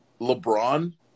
LeBron